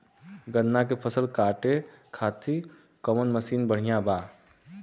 गन्ना के फसल कांटे खाती कवन मसीन बढ़ियां बा?